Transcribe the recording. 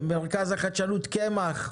למרכז החדשנות קמ"ח,